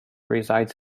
resides